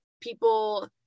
people